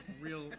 real